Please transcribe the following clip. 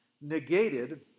negated